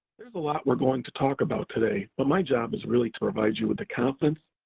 there's a lot we're going to talk about today, but my job is really to provide you with the confidence,